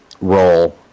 role